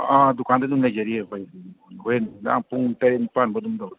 ꯑꯥ ꯗꯨꯀꯥꯟꯗ ꯑꯗꯨꯝ ꯂꯩꯖꯔꯤꯌꯦ ꯑꯩꯈꯣꯏ ꯑꯗꯨꯝ ꯍꯣꯔꯦꯟ ꯅꯨꯡꯗꯥꯡ ꯄꯨꯡ ꯇꯔꯦꯠ ꯅꯤꯄꯥꯟ ꯕꯥꯎ ꯑꯗꯨꯝ ꯇꯧꯏ